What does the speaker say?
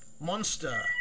Monster